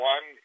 One